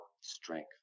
strength